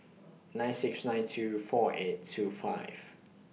nine six nine two four eight two five